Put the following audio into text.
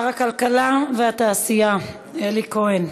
שר הכלכלה והתעשייה אלי כהן,